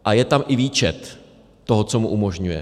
A je tam i výčet toho, co mu umožňuje.